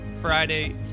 Friday